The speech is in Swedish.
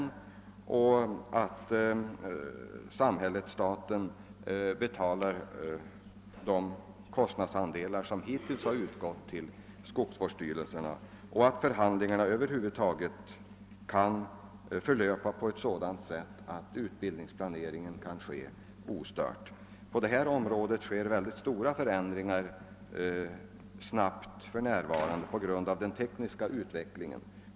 Det bör då vara klart att samhället-staten betalar de kostnadsandelar som hittills har vilat på skogsvårdsstyrelserna och att förhandlingarna över huvud taget kan förlöpa på ett sådant sätt att utbildningsplaneringen och utbildningen kan försiggå ostört. På detta område sker för närvarande mycket stora och snabba förändringar på grund av den tekniska utvecklingen.